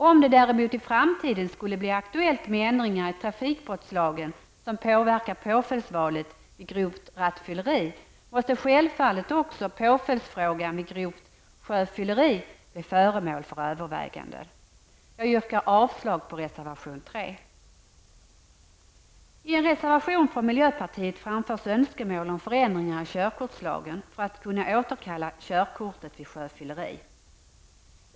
Om det i framtiden skulle bli aktuellt med ändringar i trafikbrottslagen som påverkar påföljdsvalet vid grovt rattfylleri, måste självfallet också påföljdsfrågan vid grovt sjöfylleri bli föremål för överväganden. Jag yrkar avslag på reservation 3. I en reservation från miljöpartiet framförs önskemål om förändringar i körkortslagen för att kunna återkalla körkortet vid sjöfylleri.